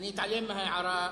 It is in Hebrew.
באסלאם אין מצווה כזאת.